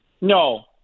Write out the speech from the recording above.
No